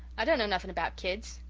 i don't know nithing about kids.